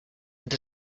und